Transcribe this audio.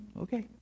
okay